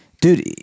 Dude